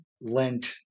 lent